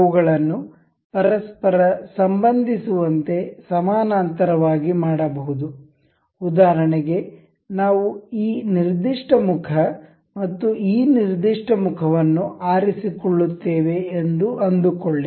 ಅವುಗಳನ್ನು ಪರಸ್ಪರ ಸಂಬಂಧಿಸುವಂತೆ ಸಮಾನಾಂತರವಾಗಿ ಮಾಡಬಹುದು ಉದಾಹರಣೆಗೆ ನಾವು ಈ ನಿರ್ದಿಷ್ಟ ಮುಖ ಮತ್ತು ಈ ನಿರ್ದಿಷ್ಟ ಮುಖವನ್ನು ಆರಿಸಿಕೊಳ್ಳುತ್ತೇವೆ ಎಂದು ಅಂದುಕೊಳ್ಳಿ